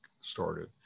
started